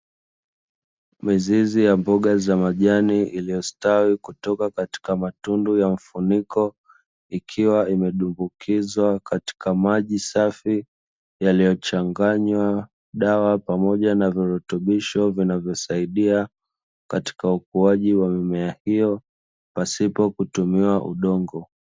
Mizizi ya mboga za majani iliyostawi kutoka katika matundu ya mifuniko, ikiwa imedumbukizwa katika maji safi yaliyochanganywa dawa pamoja na virutubisho vinavyosaidia, katika ukuaji wa mimea hiyo pasipo kutumia udongo.